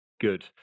Good